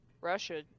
russia